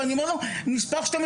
ואני אומר לו נספח (2),